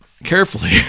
Carefully